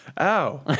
Ow